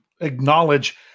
acknowledge